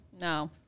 No